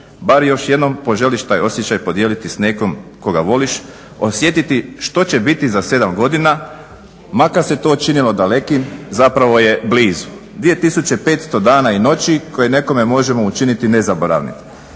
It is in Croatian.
bar još jednom poželiš taj osjećaj podijeliti s nekom koga voliš, osjetiti što će biti za 7 godina makar se to činilo dalekim zapravo je blizu. 2500 dana i noći koje nekome možemo učiniti nezaboravnim.